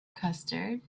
custard